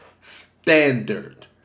standard